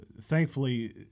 thankfully